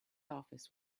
office